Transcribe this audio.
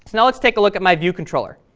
now let's take a look at my view controller.